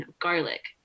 garlic